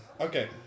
Okay